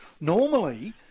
normally